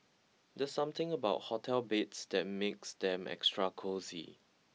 there's something about hotel beds that makes them extra cosy